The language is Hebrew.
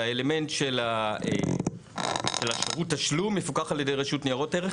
והאלמנט של שירות התשלום מפוקח על ידי רשות ניירות ערך.